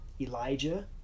Elijah